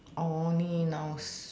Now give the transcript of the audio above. only nouns